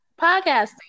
podcasting